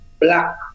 black